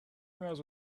emails